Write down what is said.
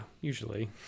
usually